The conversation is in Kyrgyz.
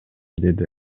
деди